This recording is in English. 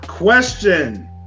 Question